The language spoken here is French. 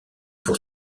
pour